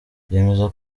yemeza